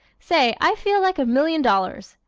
say, i feel like a million dollars!